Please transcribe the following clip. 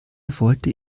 wollte